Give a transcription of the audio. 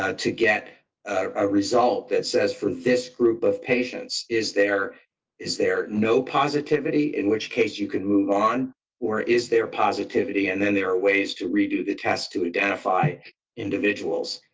ah to get a result that says, for this group of patients, is there is there no positivity, in which case you could move on or is there positivity? and then there are ways to redo the test to identify individuals,